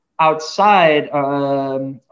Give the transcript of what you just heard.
outside